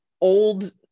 old